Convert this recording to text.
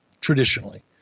traditionally